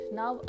now